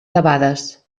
debades